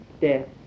death